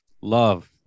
love